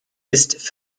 ist